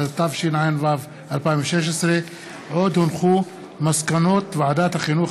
התשע"ו 2016. מסקנות ועדת החינוך,